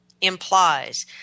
implies